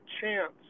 chance –